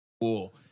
Cool